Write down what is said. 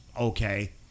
okay